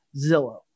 Zillow